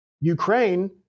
Ukraine